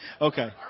Okay